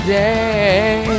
day